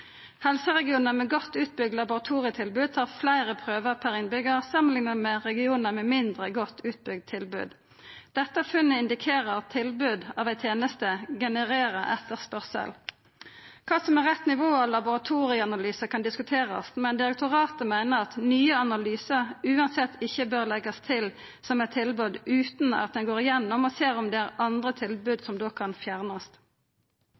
Helseregionar med godt utbygd laboratorietilbod tar fleire prøvar per innbyggjar samanlikna med regionar med mindre godt utbygd tilbod. Dette funnet indikerer at tilbod av ei teneste genererer etterspørsel. Kva som er rett nivå når det gjeld laboratorieanalysar, kan diskuterast, men direktoratet meiner at nye analysar utan omsyn ikkje bør leggjast til som eit tilbod utan at ein går gjennom og ser om det er andre tilbod som då kan fjernast.